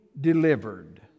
delivered